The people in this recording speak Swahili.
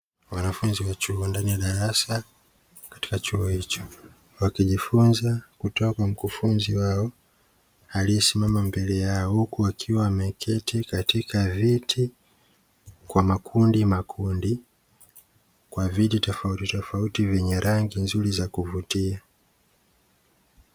Wanafunzi wa chuo ndani ya darasa katika chuo hicho, wakijifunza kutoka kwa mkufunzi wao aliyesimama mbele yao, huku wakiwa wameketi katika viti kwa makundimakundi, kwa viti tofautitofauti vyenye rangi za kuvutia.